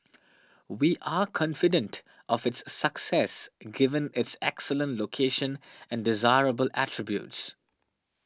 we are confident of its success given its excellent location and desirable attributes